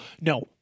No